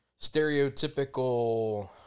stereotypical